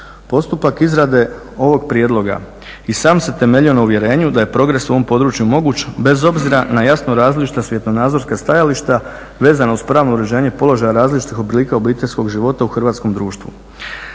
Postupak izrade ovog prijedloga i sam se temeljio na uvjerenju da je progres na ovom području moguć, bez obzira na jasno različita svjetonazorska stajališta vezana uz pravno uređenje položaja različitih oblika obiteljskog života u hrvatskom društvu.